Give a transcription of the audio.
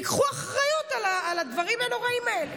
תיקחו אחריות על הדברים הנוראיים האלה,